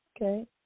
Okay